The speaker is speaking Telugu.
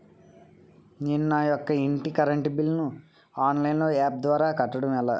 నేను నా యెక్క ఇంటి కరెంట్ బిల్ ను ఆన్లైన్ యాప్ ద్వారా కట్టడం ఎలా?